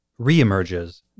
reemerges